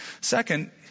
Second